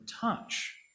touch